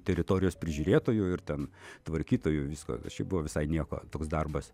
teritorijos prižiūrėtoju ir ten tvarkytoju visko šiaip buvo visai nieko toks darbas